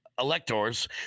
electors